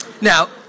Now